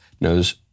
Knows